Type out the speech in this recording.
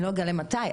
אני לא אגלה מתי,